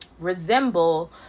resemble